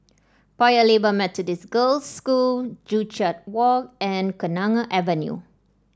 Paya Lebar Methodist Girls' School Joo Chiat Walk and Kenanga Avenue